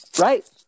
Right